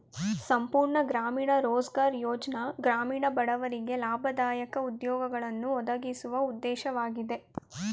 ಸಂಪೂರ್ಣ ಗ್ರಾಮೀಣ ರೋಜ್ಗಾರ್ ಯೋಜ್ನ ಗ್ರಾಮೀಣ ಬಡವರಿಗೆ ಲಾಭದಾಯಕ ಉದ್ಯೋಗಗಳನ್ನು ಒದಗಿಸುವ ಉದ್ದೇಶವಾಗಿದೆ